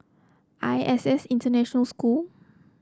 I S S International School